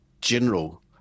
general